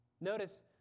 Notice